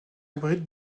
abrite